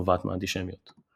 הנובעת מהאנטישמיות.